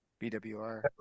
BWR